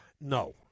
no